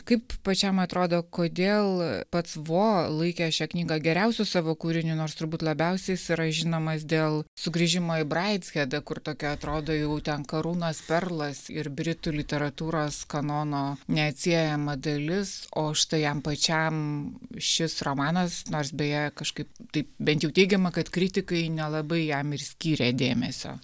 kaip pačiam atrodo kodėl pats vo laikė šią knygą geriausiu savo kūriniu nors turbūt labiausiai jis yra žinomas dėl sugrįžimo į braidshedą kur tokia atrodo jau ten karūnos perlas ir britų literatūros kanono neatsiejama dalis o štai jam pačiam šis romanas nors beje kažkaip taip bent jau teigiama kad kritikai nelabai jam ir skyrė dėmesio